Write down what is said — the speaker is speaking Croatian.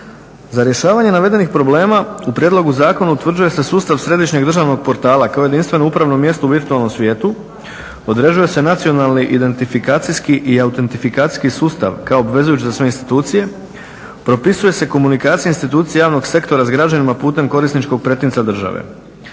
Za rješavanje navedenih problema u prijedlogu zakona utvrđuje se sustav središnjeg državnog portala, kao jedinstveno upravo mjesto u virtualnom svijetu, određuje se nacionalni identifikacijski i autentifikacijski sustav kao obvezujući za sve institucije, propisuje se komunikacija institucija javnog sektora sa građanima putem korisničkog pretinca države.